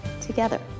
together